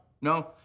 no